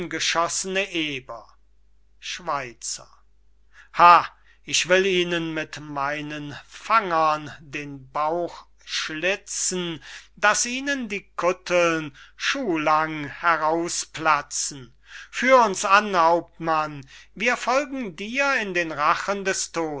angeschossene eber schweizer ha ich will ihnen mit meinen fangern den bauch schlizen daß ihnen die kutteln schuhlang herausplatzen führ uns an hauptmann wir folgen dir in den rachen des